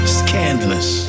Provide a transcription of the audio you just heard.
scandalous